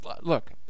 Look